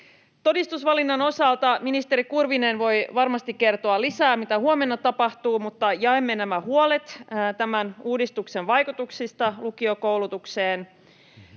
Todistusvalinnan osalta ministeri Kurvinen voi varmasti kertoa lisää, mitä huomenna tapahtuu, mutta jaamme nämä huolet tämän uudistuksen vaikutuksista lukiokoulutukseen.